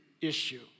issue